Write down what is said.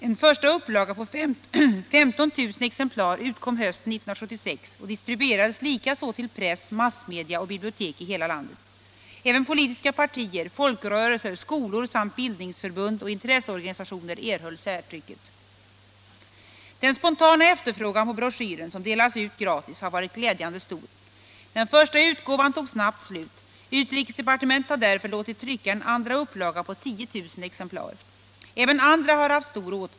En första upplaga på 15 000 exemplar utkom hösten 1976 och distribuerades likaså till press, massmedia och bibliotek i hela landet. Även politiska partier, folkrörelser, skolor samt bildningsförbund och intresseorganisationer erhöll särtrycket. Den spontana efterfrågan på broschyren, som delas ut gratis, har varit glädjande stor. Den första utgåvan tog snabbt slut. Utrikesdepartementet har därför låtit trycka en andra upplaga på 10 000 exemplar.